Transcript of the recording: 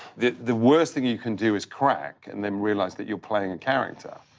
the the worst thing you can do is crack and then realize that you're playing a character.